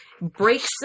breaks